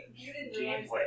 gameplay